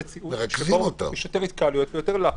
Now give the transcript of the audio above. אחרת יש יותר התקהלויות ויותר לחץ.